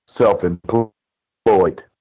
self-employed